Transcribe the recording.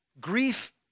Grief